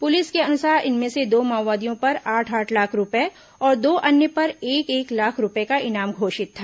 police के अनुसार इनमें से दो माओवादियों पर आठ आठ लाख रूपये और दो अन्य पर एक एक लाख रूपये का इनाम घोषित था